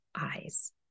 eyes